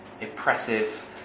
impressive